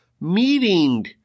meeting